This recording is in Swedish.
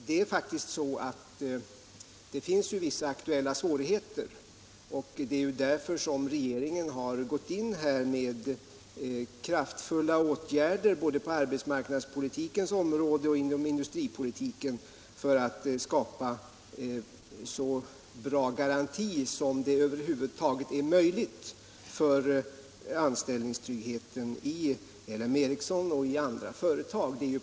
Det är faktiskt så att det finns vissa aktuella svårigheter och det är därför som regeringen har gått in med kraftfulla åtgärder både på arbetsmarknadspolitikens område och inom industripolitiken för att skapa så bra garanti som det över huvud taget är möjligt att göra för anställningstryggheten i L M Ericsson och i andra företag.